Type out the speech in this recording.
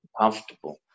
Comfortable